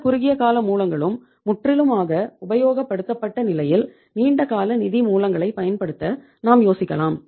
இந்த குறுகிய கால மூலங்களும் முற்றிலுமாக உபயோகப்படுத்தப்பட்ட நிலையில் நீண்டகால நிதி மூலங்களை பயன்படுத்த நாம் யோசிக்கலாம்